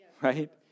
Right